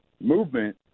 movement